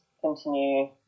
continue